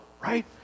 right